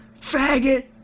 Faggot